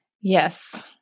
Yes